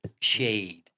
shade